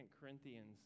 Corinthians